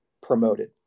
promoted